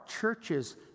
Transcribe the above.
churches